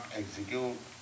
execute